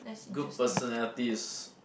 good personality is